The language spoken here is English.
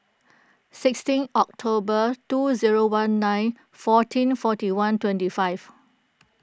sixteen October two zero one nine fourteen forty one twenty five